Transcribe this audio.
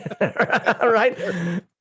right